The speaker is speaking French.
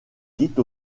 quitte